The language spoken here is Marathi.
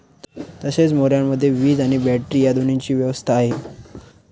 तसेच मोऱ्यामध्ये वीज आणि बॅटरी या दोन्हीची व्यवस्था आहे